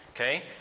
Okay